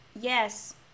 yes